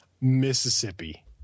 Mississippi